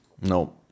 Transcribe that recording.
no